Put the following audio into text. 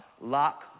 lock